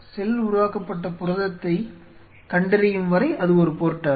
செல் ஒரு உருவாக்கப்பட்ட புரதத்தை கண்டறியும் வரை அது ஒரு பொருட்டல்ல